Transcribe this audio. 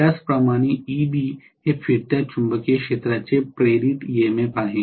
त्याचप्रमाणे Eb हे फिरत्या चुंबकीय क्षेत्राचे प्रेरित ईएमएफ आहे